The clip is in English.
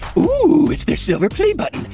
ooh it's their silver play button.